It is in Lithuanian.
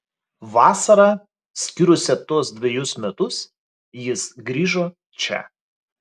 vasarą skyrusią tuos dvejus metus jis grįžo čia